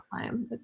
time